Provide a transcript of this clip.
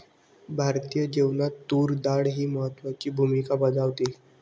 भारतीय जेवणात तूर डाळ ही महत्त्वाची भूमिका बजावते